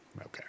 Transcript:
Okay